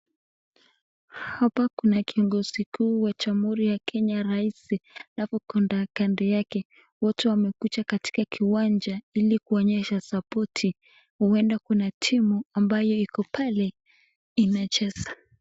Hapa kuna kiongozi kuu wa jamhuri ya kenya raisi alafu ako kando yake wote wamekuja katika kiwanja kuonesha support huenda kuna timu ambayo ipo pale inacheza.